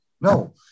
No